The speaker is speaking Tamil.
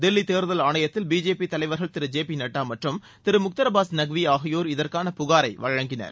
தில்லி தேர்தல் ஆணையத்தில் பிஜேபி தலைவர்கள் திரு ஜே பி நட்டா மற்றும் திரு முக்தார் அப்பாஸ் நக்வி ஆகியோர் இதற்கான புகாரை வழங்கினர்